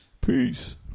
peace